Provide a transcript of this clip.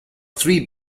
three